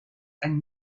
and